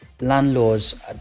landlords